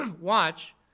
watch